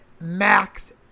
max